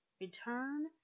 return